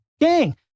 gang